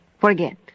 Forget